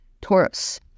Taurus